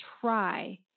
try